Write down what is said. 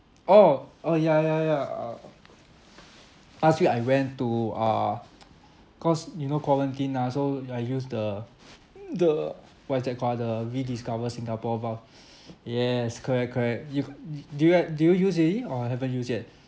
oh uh ya ya ya uh last week I went to uh cause you know quarantine ah so I use the the what is that called ah the rediscover singapore bar yes correct correct you you do you have did you use already or haven't use yet